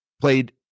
played